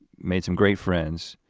made some great friends